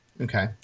Okay